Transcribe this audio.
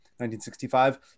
1965